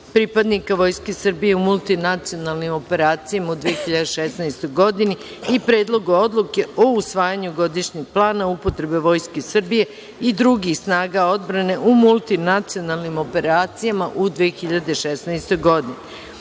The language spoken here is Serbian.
pripadnika Vojske Srbije u multinacionalnim operacijama u 2016. godini i Predlogu odluke o usvajanju Godišnjeg plana upotrebe Vojske Srbije i drugih snaga odbrane u multinacionalnim operacijama u 2016. godini. Da